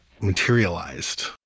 materialized